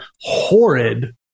horrid